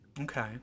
Okay